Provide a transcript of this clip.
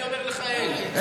אני אומר לך, אין.